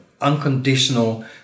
unconditional